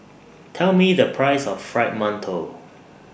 Tell Me The Price of Fried mantou